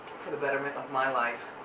for the betterment of my life.